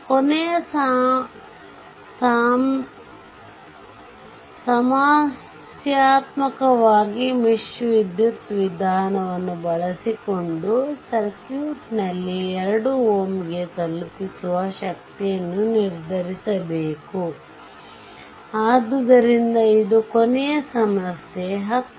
ಕೊನೆಯ ಸಮಸ್ಯಾತ್ಮಕವಾಗಿ ಮೆಶ್ ವಿದ್ಯುತ್ ವಿಧಾನವನ್ನು ಬಳಸಿಕೊಂಡು ಸರ್ಕ್ಯೂಟ್ನಲ್ಲಿ 2 Ω ಗೆ ತಲುಪಿಸುವ ಶಕ್ತಿಯನ್ನು ನಿರ್ಧರಿಸಬೇಕು ಆದ್ದರಿಂದ ಇದು ಕೊನೆಯ ಸಮಸ್ಯೆ 10